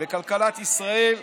לכלכלת ישראל,